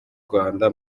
rwanda